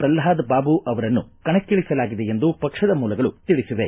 ಶ್ರಲ್ವಾದ ಬಾಬು ಅವರನ್ನು ಕಣಕ್ಕಿಳಿಸಲಾಗಿದೆ ಎಂದು ಪಕ್ಷದ ಮೂಲಗಳು ತಿಳಿಸಿವೆ